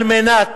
על מנת